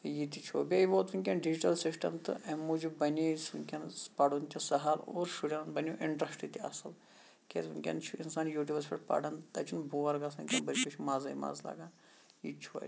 ییٚتہِ چھُ بیٚیہِ ووت وٕنکیٚن ڈِجٹل سِسٹم تہٕ اَمہِ موٗجوٗب بَنے أسۍ وٕنکیٚنس پَرُن تہِ سَہل اور شُرین بَنو اِنٹرسٹ تہِ اَصٕل تِکیازِ وٕنکیٚن چھُ اِنسان یوٗٹوٗبس پٮ۪ٹھ پَڑان تَتہِ چھُنہٕ بور گژھان کیٚنٛہہ بٔلکہِ چھُ مَزٕے مَزٕ لگان یہِ تہِ چھُ فٲیدٕ